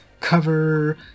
cover